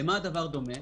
למה הדבר דומה?